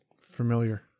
familiar